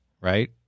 right